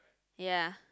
ya